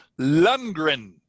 Lundgren